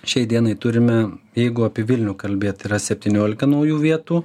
šiai dienai turime jeigu apie vilnių kalbėt yra septyniolika naujų vietų